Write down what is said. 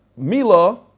Mila